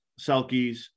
Selkies